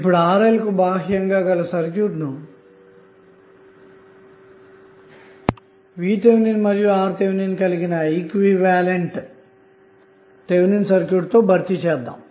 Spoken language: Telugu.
ఇప్పుడు RLకు బాహ్యంగా గల సర్క్యూట్ ను VTh మరియు RTh కలిగిన ఈక్వివలెంట్ థెవెనిన్ సర్క్యూట్ తో భర్తీ చేద్దాము